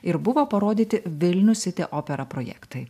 ir buvo parodyti vilnius siti opera projektai